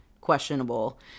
questionable